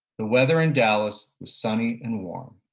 the weather in dallas was sunny and warm.